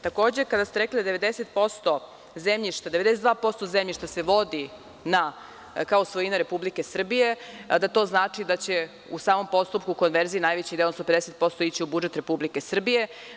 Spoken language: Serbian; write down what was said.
Takođe, kada ste rekli da 92% zemljišta se vodi kao svojina Republike Srbije, da to znači da će u samom postupku u konverziji, najveći deo, 150%, ići u budžet Republike Srbije.